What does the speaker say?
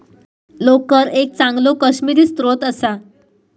लोकर एक चांगलो काश्मिरी स्त्रोत असा